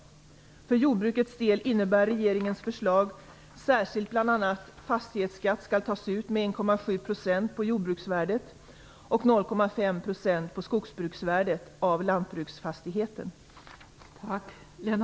För jordbrukets del innebär regeringens förslag särskilt bl.a. att fastighetsskatt skall tas ut med 1,7 % av jordbruksvärdet och 0,5 % av skogsbruksvärdet av lantbruksfastigheten.